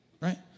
Right